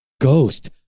Ghost